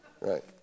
Right